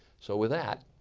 so with that,